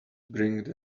bring